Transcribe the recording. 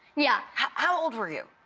yeah. how old were you?